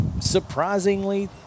surprisingly